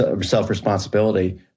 self-responsibility